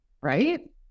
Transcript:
Right